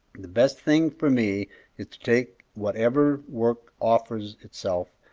the best thing for me is to take whatever work offers itself,